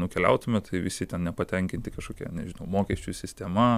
nukeliautume tai visi ten nepatenkinti kažkokia nežinau mokesčių sistema